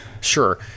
Sure